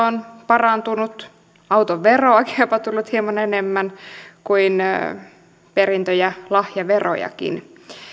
on parantunut autoveroakin on jopa tullut hieman enemmän niin kuin perintö ja lahjaverojakin